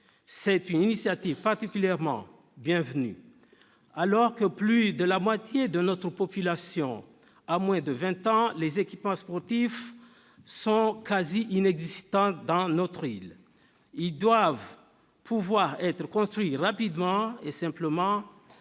Cette initiative est particulièrement bienvenue : alors que plus de la moitié de notre population a moins de vingt ans, les équipements sportifs sont quasi inexistants sur notre île. De tels équipements doivent pouvoir être construits rapidement et simplement,